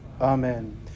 Amen